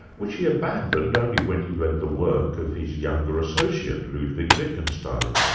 which he abandoned only when he read the work of his younger associate, ludwig wittgenstein.